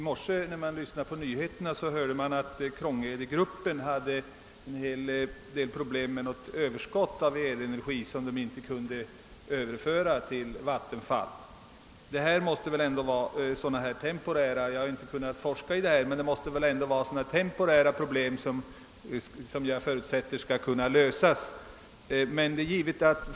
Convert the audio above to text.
Herr talman! I radionyheterna i mor se hörde jag att Krångedegruppen hade problem med överskott av elenergi som inte kunde överföras till Vattenfall. Jag har inte kunnat forska häri, men det måste väl röra sig om temporära problem som skall kunna lösas.